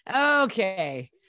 Okay